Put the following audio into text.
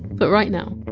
but right now,